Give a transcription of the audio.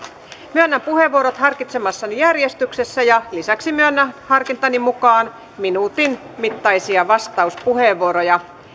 myönnän puheenvuorot harkitsemassani järjestyksessä lisäksi myönnän harkintani mukaan yhden minuutin mittaisia vastauspuheenvuoroja